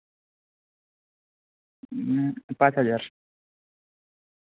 ᱦᱮᱸ ᱯᱟᱸᱪ ᱦᱟᱡᱟᱨ